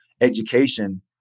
education